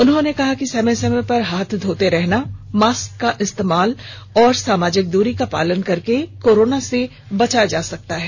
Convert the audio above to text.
उन्होंने कहा कि समय समय पर हाथ धोते रहना मास्क का इस्तेमाल और सामाजिक दूरी का पालन करके कोरोना से बचा जा सकता है